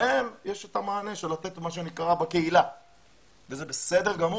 להם יש את המענה של לתת מה שנקרא בקהילה וזה בסדר גמור.